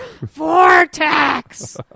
vortex